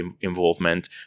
involvement